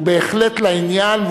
הוא בהחלט לעניין,